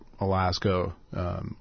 Alaska